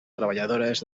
treballadores